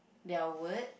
their word